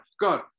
God